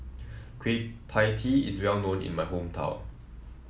Kueh Pie Tee is well known in my hometown